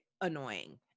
annoying